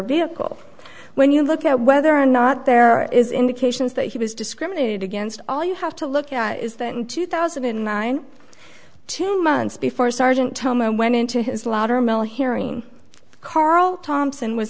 vehicle when you look at whether or not there is indications that he was discriminated against all you have to look at is that in two thousand and nine two months before sergeant tillman went into his latter mil hearing carl thompson was